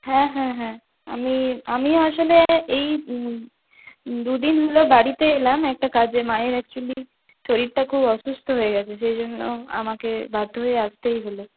হ্যাঁ হ্যাঁ হ্যাঁ আমি আমিও আসলে এই দুদিন হলো বাড়িতে এলাম একটা কাজে মায়ের অ্যাকচুয়ালি শরীরটা খুব অসুস্থ হয়ে গিয়েছে সেইজন্য আমাকে বাধ্য হয়ে আসতেই হলো